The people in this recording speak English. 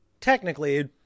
technically